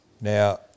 Now